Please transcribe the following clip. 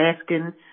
asking